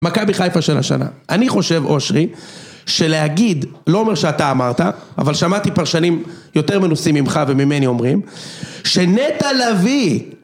מכבי חיפה של השנה אני חושב אושרי שלהגיד לא אומר שאתה אמרת אבל שמעתי פרשנים יותר מנוסים ממך וממני אומרים שנטע לביא